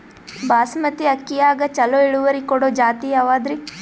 ಬಾಸಮತಿ ಅಕ್ಕಿಯಾಗ ಚಲೋ ಇಳುವರಿ ಕೊಡೊ ಜಾತಿ ಯಾವಾದ್ರಿ?